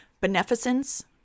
Beneficence